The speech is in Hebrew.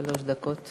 שלוש דקות.